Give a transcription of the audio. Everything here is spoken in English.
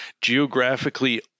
geographically